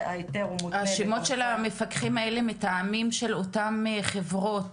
השמות של המפקחים האלה, מתאמים של אותן חברות,